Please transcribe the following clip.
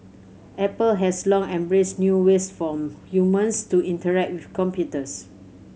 apple has long embraced new ways for humans to interact with computers